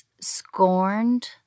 scorned